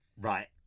Right